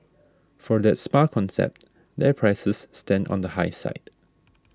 for that spa concept their prices stand on the high side